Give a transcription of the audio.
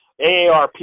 AARP